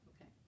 okay